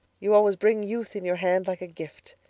you always bring youth in your hand like a gift.